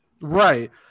right